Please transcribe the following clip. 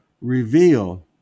reveal